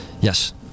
Yes